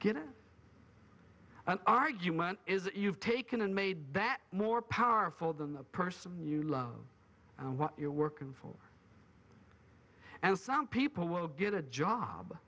begin an argument is that you've taken and made that more powerful than the person you love what you're working for and some people will get a job